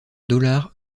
dollars